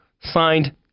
signed